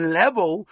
level